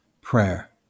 prayer